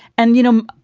and, you know,